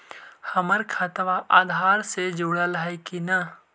हमर खतबा अधार से जुटल हई कि न?